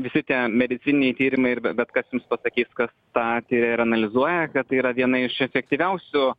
visi tie medicininiai tyrimai ir be bet kas jums pasakys kas tą ir analizuoja kad tai yra viena iš efektyviausių